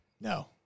No